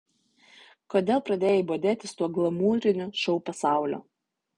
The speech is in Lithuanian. kodėl pradėjai bodėtis tuo glamūriniu šou pasauliu